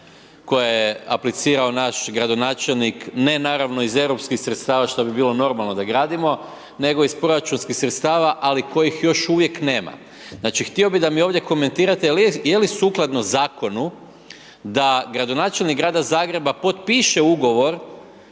koju je aplicirao naš gradonačelnik, ne naravno iz europskih sredstava, što bi bilo normalno da gradimo, nego iz proračunskih sredstava, ali kojih još uvijek nema. Znači, htio bi da mi ovdje komentirate je li sukladno zakonu da gradonačelnik Grada Zagreba potpiše ugovor